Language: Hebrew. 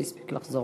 שהספיק לחזור.